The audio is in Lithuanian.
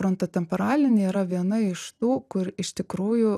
frontotemporalinė yra viena iš tų kur iš tikrųjų